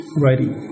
writing